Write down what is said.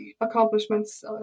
accomplishments